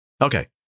Okay